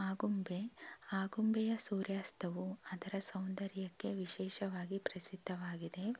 ಆಗುಂಬೆ ಆಗುಂಬೆಯ ಸೂರ್ಯಾಸ್ತವು ಅದರ ಸೌಂದರ್ಯಕ್ಕೆ ವಿಶೇಷವಾಗಿ ಪ್ರಸಿದ್ಧವಾಗಿದೆ